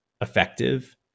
effective